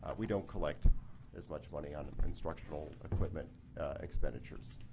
we don't collect as much money on instructional equipment expenditures.